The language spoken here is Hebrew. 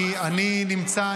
אני נמצא.